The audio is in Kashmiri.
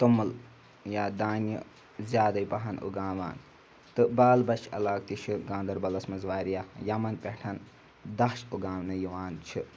توٚمُل یا دانہِ زیادَے پَہَن اُگاوان تہٕ بال بَچھِ علاقہٕ تہِ چھِ گاندَربَلَس منٛز واریاہ یمَن پٮ۪ٹھ دَچھ اُگاونہٕ یِوان چھِ